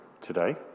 today